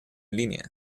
línea